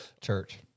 church